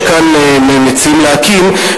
שכאן מציעים להקים,